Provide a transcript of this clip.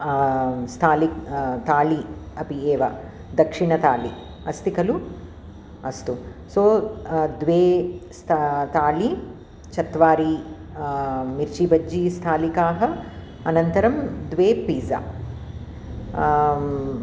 स्थालिका ताळि अपि एव दक्षिणतालि अस्ति खलु अस्तु सो द्वे स्था ताळि चत्वारि मिर्चि बज्जि स्थालिकाः अनन्तरं द्वे पीजा